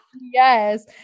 Yes